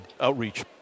outreach